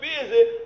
busy